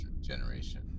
generation